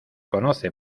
conoce